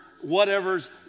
whatever's